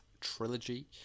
Trilogy